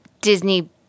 Disney